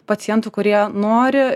pacientų kurie nori